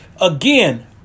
Again